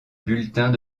bulletins